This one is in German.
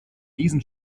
diesen